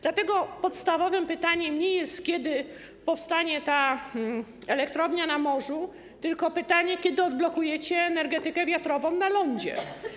Dlatego podstawowym pytaniem nie jest, kiedy powstanie ta elektrownia na morzu, tylko kiedy odblokujecie energetykę wiatrową na lądzie.